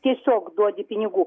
tiesiog duodi pinigų